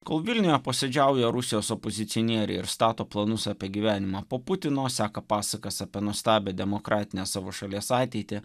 kol vilniuje posėdžiauja rusijos opozicionieriai ir stato planus apie gyvenimą po putino seka pasakas apie nuostabią demokratinę savo šalies ateitį